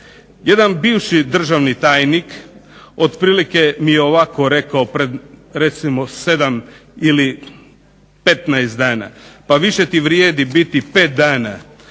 Jedan bivši državni tajnik otprilike mi je ovako rekao pred recimo 7 ili 15 dana. Pa više ti vrijedi biti pet dana